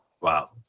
Wow